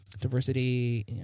diversity